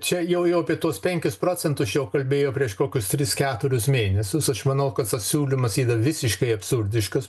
čia jau jau apie tuos penkis procentus čia jau kalbėjo prieš kokius tris keturis mėnesius aš manau kad tas siūlymas yra visiškai absurdiškas